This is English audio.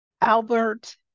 Albert